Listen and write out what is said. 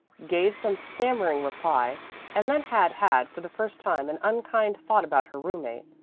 gave some stammering reply and then had had for the first time an unkind thought about her roommate.